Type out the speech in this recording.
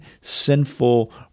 sinful